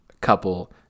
couple